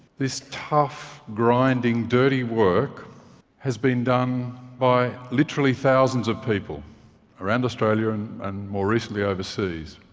this tough, grinding, dirty work has been done by literally thousands of people around australia and, and more recently, overseas,